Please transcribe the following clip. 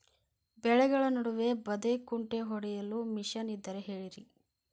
ಬೆಳೆಗಳ ನಡುವೆ ಬದೆಕುಂಟೆ ಹೊಡೆಯಲು ಮಿಷನ್ ಇದ್ದರೆ ಹೇಳಿರಿ